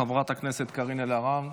חברת הכנסת קארין אלהרר,